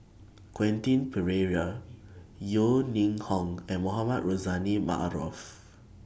Quentin Pereira Yeo Ning Hong and Mohamed Rozani Maarof